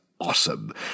awesome